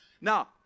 Now